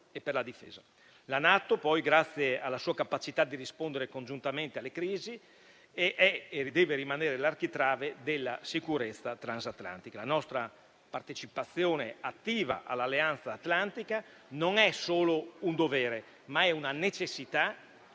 La NATO, poi, grazie alla sua capacità di rispondere congiuntamente alle crisi è e deve rimanere l'architrave della sicurezza transatlantica. La nostra partecipazione attiva all'Alleanza atlantica non è solo un dovere, ma è una necessità